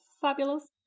fabulous